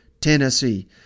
Tennessee